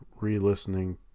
re-listening